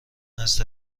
است